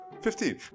Fifteen